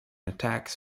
attacks